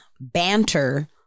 banter